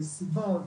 במסיבות